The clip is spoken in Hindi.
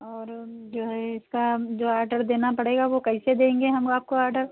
और जो है इसका जो आडर देना पड़ेगा वो कैसे देंगे हम आपको आडर